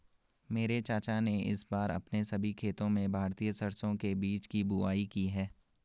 मेरे चाचा ने इस बार अपने सभी खेतों में भारतीय सरसों के बीज की बुवाई की है